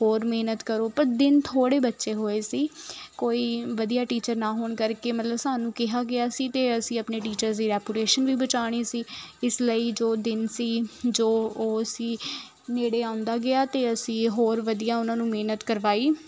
ਹੋਰ ਮਿਹਨਤ ਕਰੋ ਪਰ ਦਿਨ ਥੋੜ੍ਹੇ ਬਚੇ ਹੋਏ ਸੀ ਕੋਈ ਵਧੀਆ ਟੀਚਰ ਨਾ ਹੋਣ ਕਰਕੇ ਮਤਲਬ ਸਾਨੂੰ ਕਿਹਾ ਗਿਆ ਸੀ ਅਤੇ ਅਸੀਂ ਆਪਣੇ ਟੀਚਰਸ ਦੀ ਰੈਪੂਰੇਸ਼ਨ ਵੀ ਬਚਾਉਣੀ ਸੀ ਇਸ ਲਈ ਜੋ ਦਿਨ ਸੀ ਜੋ ਉਹ ਸੀ ਨੇੜੇ ਆਉਂਦਾ ਗਿਆ ਅਤੇ ਅਸੀਂ ਹੋਰ ਵਧੀਆ ਉਹਨਾਂ ਨੂੰ ਮਿਹਨਤ ਕਰਵਾਈ